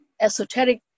esoteric